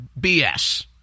BS